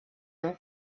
and